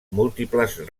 múltiples